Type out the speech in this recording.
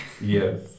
Yes